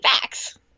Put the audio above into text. facts